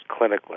clinically